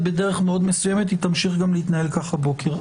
בדרך מאוד מסוימת, והיא תמשיך גם להתנהל כך הבוקר.